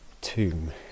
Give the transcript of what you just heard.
tomb